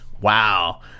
Wow